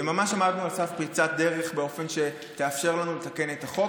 וממש עמדנו על סף פריצת דרך באופן שיתאפשר לנו לתקן את החוק.